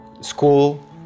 school